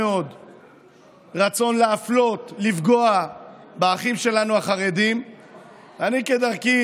אדוני, לפני שבועיים נהרג יהודי יקר, ביסט דסטאו,